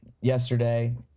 yesterday